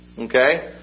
okay